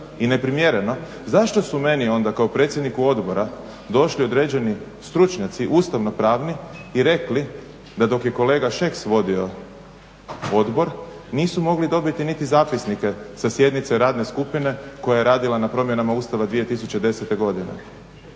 i neprimjereno zašto su meni onda kao predsjedniku odbora došli određeni stručnjaci ustavno-pravni i rekli da dok je kolega Šeks vodio odbor nisu mogli dobiti niti zapisnike sa sjednice radne skupine koja je radila na promjenama Ustava 2010. godine.